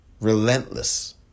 Relentless